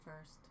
first